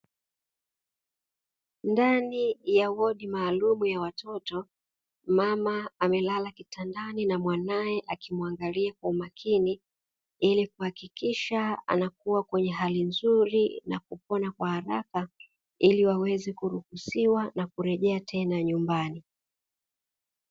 Ndani ya wodi maalumu ya watoto mama amelala kitandani na mwanae, akimuangalia kwa umakini ilikuhakikisha anakuwa kwenye hali nzuri na kupona kwa haraka iliwaweze kuruhusiwa na kurejea tena nyumbani.